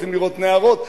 יוצאים לראות נהרות,